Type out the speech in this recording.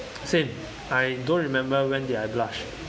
same I don't remember when did I blush